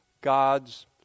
God's